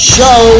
Show